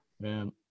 Man